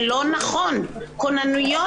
כונניות,